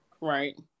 Right